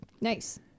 Nice